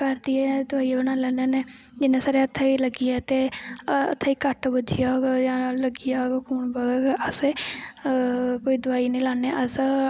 घर दी गै दवाई बनाई लैन्ने होन्ने ऐं जियां साढ़े हत्थै गी गै लग्गी जा ते हत्था गी कट्ट बज्जी जाह्ग जां लग्गी जाह्ग अस कोई दवाई नी लान्ने अस